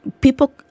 people